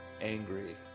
angry